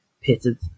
pitted